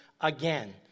again